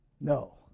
No